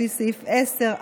לפי סעיף 10א(ד),